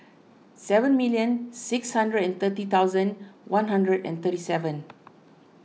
seven million six hundred and thirty thousand one hundred and thirty seven